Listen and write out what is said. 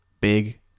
big